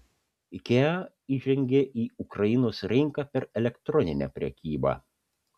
ikea įžengė į ukrainos rinką per elektroninę prekybą